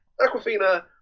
Aquafina